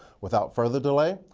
without further delay,